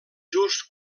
just